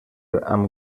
amb